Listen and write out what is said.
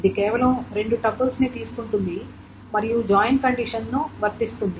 ఇది కేవలం రెండు టపుల్స్ ని తీసుకుంటుంది మరియు జాయిన్ కండిషన్ను వర్తిస్తుంది